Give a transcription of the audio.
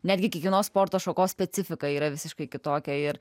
netgi kiekvienos sporto šakos specifika yra visiškai kitokia ir